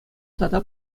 тата